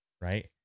right